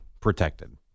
protected